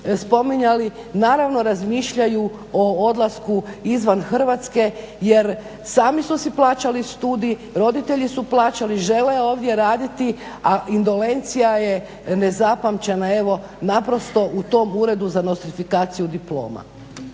spominjali naravno razmišljaju o odlasku izvan Hrvatske jer sami su si plaćali studij, roditelji su plaćali, žele ovdje raditi, a indolencija je nezapamćena evo naprosto u tom Uredu za nostrifikaciju diploma.